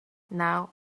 now